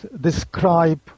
describe